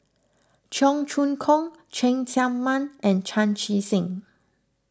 Cheong Choong Kong Cheng Tsang Man and Chan Chee Seng